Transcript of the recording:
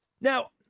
Now